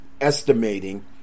estimating